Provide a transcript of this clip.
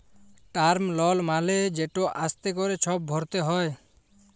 term লল মালে যেট আস্তে ক্যরে ছব ভরতে হ্যয়